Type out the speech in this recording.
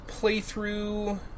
playthrough